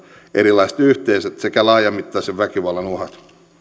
erilaiset yhteisöt sekä laajamittaisen väkivallan uhat